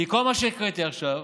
כי כל מה שהקראתי עכשיו,